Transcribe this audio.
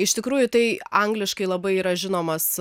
iš tikrųjų tai angliškai labai yra žinomas